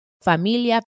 familia